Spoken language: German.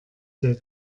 der